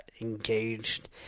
engaged